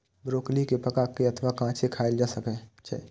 broccoli कें पका के अथवा कांचे खाएल जा सकै छै